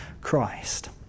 Christ